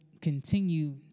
continue